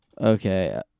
Okay